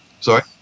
Sorry